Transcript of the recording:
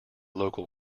local